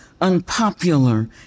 unpopular